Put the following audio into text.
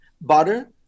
butter